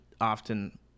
often